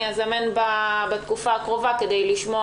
אזמן דיון בתקופה הקרובה כדי לשמוע